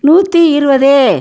நூற்றி இருபது